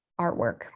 artwork